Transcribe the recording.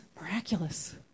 miraculous